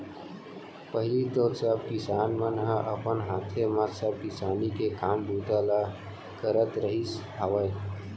पहिली तो सब किसान मन ह अपन हाथे म सब किसानी के काम बूता ल करत रिहिस हवय